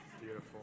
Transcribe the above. Beautiful